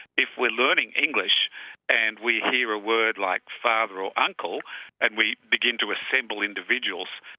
if we are learning english and we hear a word like father or uncle and we begin to assemble individuals,